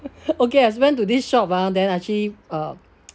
okay I went to this shop ah and I actually uh